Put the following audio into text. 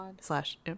slash